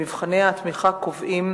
מבחני התמיכה קובעים